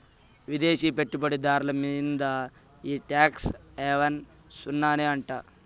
విదేశీ పెట్టుబడి దార్ల మీంద ఈ టాక్స్ హావెన్ సున్ననే అంట